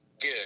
good